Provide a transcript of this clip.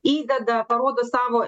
įdeda parodo savo